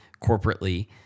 corporately